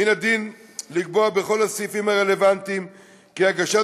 מן הדין לקבוע בכל הסעיפים הרלוונטיים כי הגשת